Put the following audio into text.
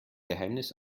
geheimnis